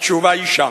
התשובה היא שם.